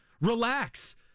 Relax